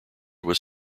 was